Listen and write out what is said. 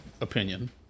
opinion